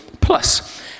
PLUS